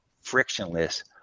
frictionless